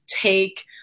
take